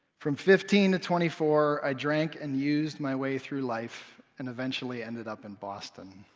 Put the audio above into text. from fifteen to twenty four, i drank and used my way through life, and eventually ended up in boston.